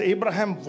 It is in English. Abraham